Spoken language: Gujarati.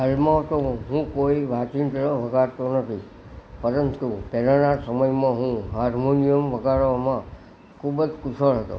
હાલમાં તો હું કોઈ વાજીંત્ર વગાડતો નથી પરંતુ પહેલાના સમય હું હાર્મોનિયમ વગાડવામાં ખૂબ જ કુશળ હતો